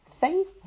faith